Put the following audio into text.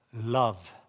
love